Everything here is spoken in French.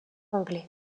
anglais